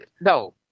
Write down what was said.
No